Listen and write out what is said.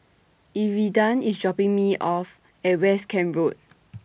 Iridian IS dropping Me off At West Camp Road